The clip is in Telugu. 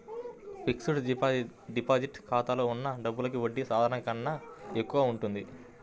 ఫిక్స్డ్ డిపాజిట్ ఖాతాలో ఉన్న డబ్బులకి వడ్డీ సాధారణం కన్నా ఎక్కువగా ఉంటుంది